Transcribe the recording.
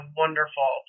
wonderful